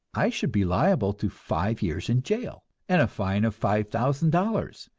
i should be liable to five years in jail and a fine of five thousand dollars,